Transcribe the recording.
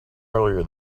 earlier